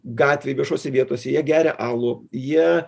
gatvėj viešose vietose jie geria alų jie